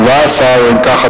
17. אם כך,